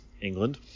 England